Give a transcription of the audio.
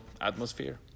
atmosphere